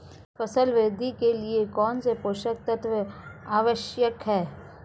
फसल वृद्धि के लिए कौनसे पोषक तत्व आवश्यक हैं?